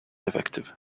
effective